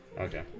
Okay